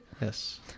Yes